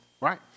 right